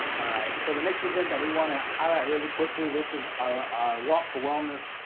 alright, so the next event that we wanna highlight really quickly, this is our our walk for wellness.